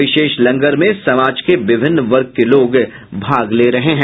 विशेष लंगर में समाज के विभिन्न वर्ग के लोग भाग ले रहे हैं